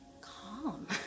calm